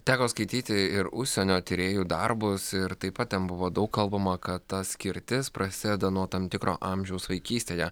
teko skaityti ir užsienio tyrėjų darbus ir taip pat ten buvo daug kalbama kad ta skirtis prasideda nuo tam tikro amžiaus vaikystėje